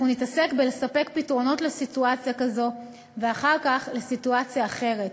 אנחנו נתעסק בפתרונות לסיטואציה כזו ואחר כך לסיטואציה אחרת,